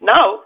Now